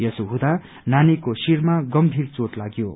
यसो हुँदा नानीको शिरमा गम्भीर चोट लाग्यो